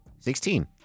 Sixteen